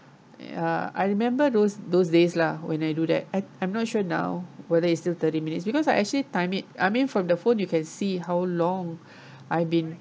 ya I remember those those days lah when I do that I I'm not sure now whether it's still thirty minutes because I actually time it I mean from the phone you can see how long I've been